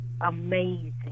amazing